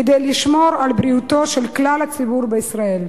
כדי לשמור על בריאותו של כלל הציבור בישראל?